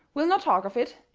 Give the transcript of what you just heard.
we'll not talk of it,